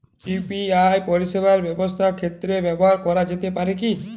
UPI পরিষেবা ব্যবসার ক্ষেত্রে ব্যবহার করা যেতে পারে কি?